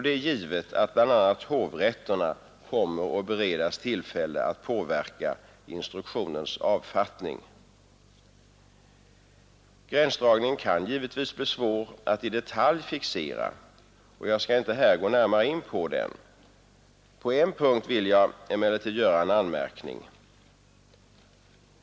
Det är givet att bl.a. hovrätterna kommer att beredas tillfälle att påverka instruktionens avfattning. Gränsdragningen kan givetvis bli svår att i detalj fixera, och jag skall här inte närmare gå in på den. På en punkt vill jag emellertid göra en anmärkning.